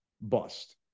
bust